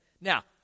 Now